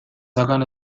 hagan